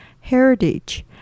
heritage